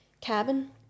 cabin